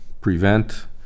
prevent